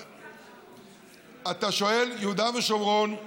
אבל לא יהודה ושומרון.